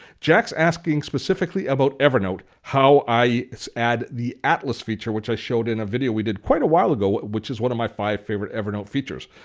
jack's asking specifically about evernote, how i add the atlas feature which i showed in a video we did quite a while ago, which is one of my five favorite evernote features.